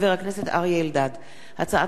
הצעת חוק עבודת נשים (תיקון מס'